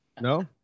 No